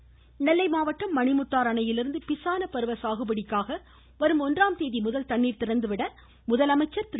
திருநெல்வேலி மாவட்டம் மணிமுத்தாறு அணையிலிருந்து பிசான பருவ சாகுபடிக்காக வரும் ஒன்றாம் தேதிமுதல் தண்ணீர் திறந்துவிட முதலமைச்சர் திரு